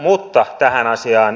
mutta tähän asiaan